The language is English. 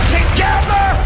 together